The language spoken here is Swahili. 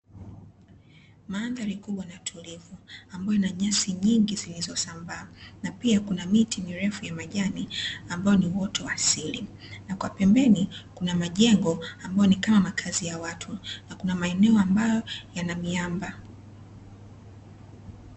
Mandhari kubwa na tulivu ambayo ina nyasi nyingi zilizosambaa na pia kuna miti mirefu ya majani ambayo ni uoto wa asili na kwa pembeni kuna majengo ambayo ni kama makazi ya watu na kuna maeneo ambayo yana miamba.